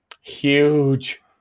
huge